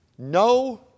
No